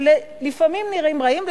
שלפעמים נראים רעים,